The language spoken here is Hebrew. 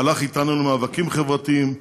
הלך אתנו למאבקים חברתיים,